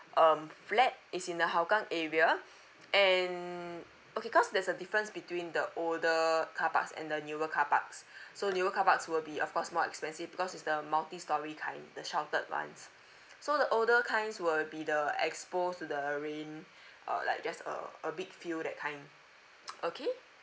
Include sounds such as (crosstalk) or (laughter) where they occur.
um flat is in the hougang area and okay cause there's a difference between the older car parks and the newer car parks so newer car parks will be of course more expensive because it's the multi storey kind the sheltered ones (breath) so the older kinds will be the exposed to the rain err like just a a big field that kind okay